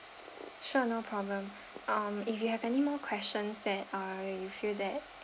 sure no problem um if you have any more questions that uh you feel that